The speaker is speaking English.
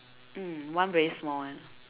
mm one very small one